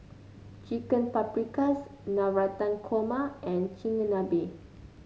Chicken Paprikas Navratan Korma and Chigenabe